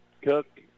Cook